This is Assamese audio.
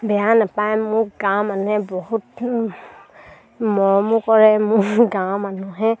বেয়া নেপায় মোক গাঁৱৰ মানুহে বহুত মৰমো কৰে মোৰ গাঁও মানুহে